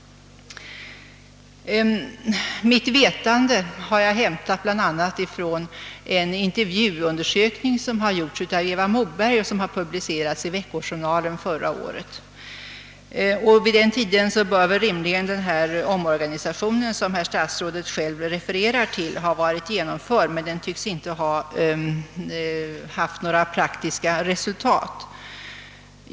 Mitt vetande har jag hämtat bland annat från en intervjuundersökning som har gjorts av Eva Moberg och publicerats i Vecko-Journalen förra året. Vid den tiden bör rimligen den omorganisation, som herr statsrådet själv refererar till, ha varit genomförd, men den tycks inte ha lett till några praktiska resultat.